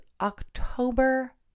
October